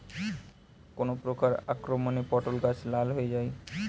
কোন প্রকার আক্রমণে পটল গাছ লাল হয়ে যায়?